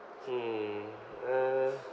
hmm uh